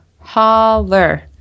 holler